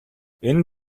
энэ